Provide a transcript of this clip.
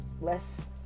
less